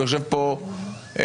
יושב פה נין,